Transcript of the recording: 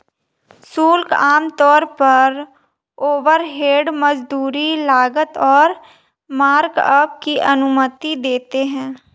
शुल्क आमतौर पर ओवरहेड, मजदूरी, लागत और मार्कअप की अनुमति देते हैं